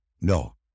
no